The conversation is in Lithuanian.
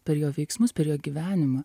per jo veiksmus per jo gyvenimą